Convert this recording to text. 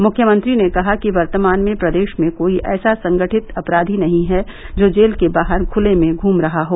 मुख्यमंत्री ने कहा कि वर्तमान में प्रदेश में कोई ऐसा संगठित अपराधी नहीं है जो जेल के बाहर खूले में घूम रहा हो